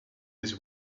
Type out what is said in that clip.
his